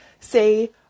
say